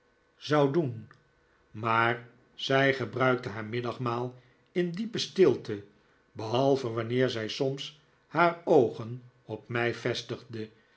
zou doen maar zij gebruikte haar middagmaal in diepe stilte behalve wanneer zij soms haar oogen op mij vestigde